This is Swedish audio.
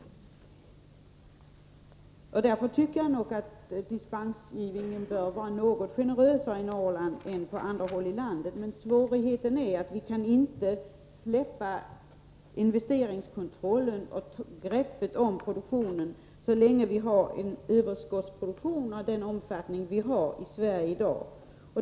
Mot denna bakgrund tycker jag att dispensgivningen bör vara något generösare i Norrland än på andra håll i landet. Men svårigheten är att vi inte kan släppa investeringskontrollen och greppet om produktionen så länge vi har en överskottsproduktion av den omfattning som vi har i Sverige i dag.